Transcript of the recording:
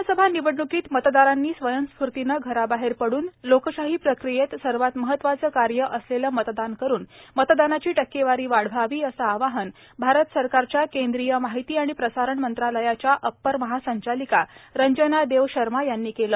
विधानसभा निवडणुकीत मतदारांनी स्वयंस्फूर्तीने घराबाहेर पडुन लोकशाही प्रक्रियेत सर्वात महत्वाचे कार्य असलेले मतदान करून मतदानाची टक्केवारी वाढवावी असं आवाहन भारत सरकारच्या केंद्रीय माहिती आणि प्रसारण मंत्रालयाच्या अप्पर महासंचालिका रंजना देव शर्मा यांनी केलं